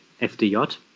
fdj